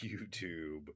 YouTube